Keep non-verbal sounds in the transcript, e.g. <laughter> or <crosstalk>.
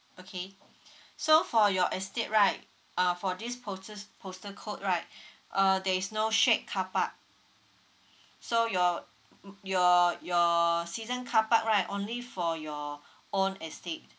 okay so for your estate right uh for this potas postal code right uh there is no shared carpark so your <noise> your your season carpark right only for your own estate